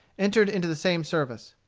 entered into the same service.